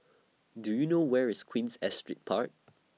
Do YOU know Where IS Queen's Astrid Park